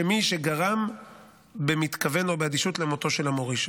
שמי שגרם במתכוון או באדישות למותו של המוריש,